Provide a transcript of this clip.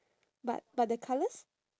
but but the colours